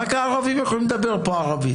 רק הערבים יכולים לדבר פה ערבית.